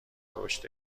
رشد